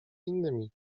innymi